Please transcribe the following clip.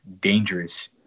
dangerous